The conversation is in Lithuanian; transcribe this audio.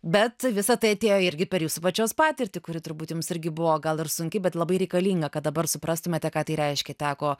bet visa tai atėjo irgi per jūsų pačios patirtį kuri turbūt jums irgi buvo gal ir sunki bet labai reikalinga kad dabar suprastumėte ką tai reiškia teko